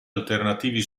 alternativi